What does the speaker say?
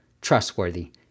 trustworthy